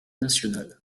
national